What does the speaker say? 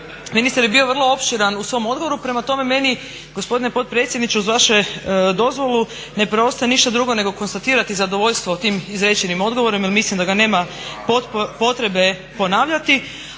ministar je bio vrlo opširan u svom odgovoru prema tome meni gospodine potpredsjedniče uz vašu dozvolu ne preostaje ništa drugo nego konstatirati zadovoljstvo tim izrečenim odgovorom jer mislim da ga nema potrebe ponavljati,